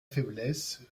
faiblesse